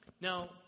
Now